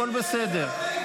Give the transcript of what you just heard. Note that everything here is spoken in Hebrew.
הכול בסדר.